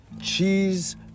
cheese